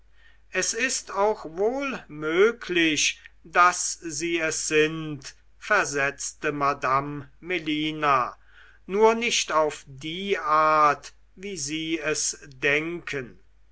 es ist auch wohl möglich daß sie es sind versetzte madame melina nur nicht auf die art wie sie es denken